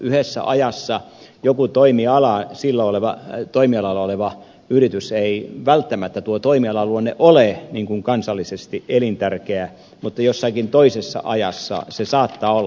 yhdessä ajassa joku toimiala sillä oleva yritys sen toimialan luonne ei välttämättä ole kansallisesti elintärkeä mutta jossakin toisessa ajassa se saattaa olla